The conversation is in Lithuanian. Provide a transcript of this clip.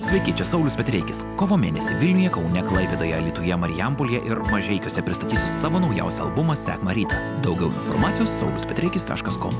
sakyčiau saulius petreikis kovo mėnesį vilniuje kaune klaipėdoje alytuje marijampolėje ir mažeikiuose pristatys savo naujausią albumą sek marytę daugiau informacijos saulius petreikis taškas kom